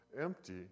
empty